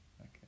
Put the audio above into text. Okay